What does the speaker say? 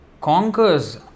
conquers